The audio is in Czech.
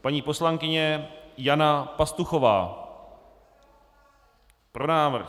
Paní poslankyně Jana Pastuchová: Pro návrh.